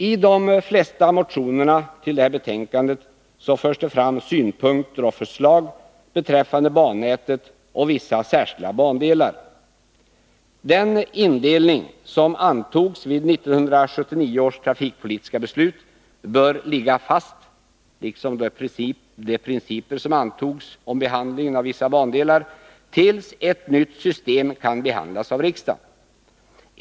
I de flesta motionerna i detta betänkande förs fram synpunkter och förslag beträffande bannätet och vissa särskilda bandelar. Den indelning som antogs i 1979 års trafikpolitiska beslut bör ligga fast, liksom de principer som antogs om behandlingen av vissa bandelar, tills ett nytt system kan behandlas av riksdagen.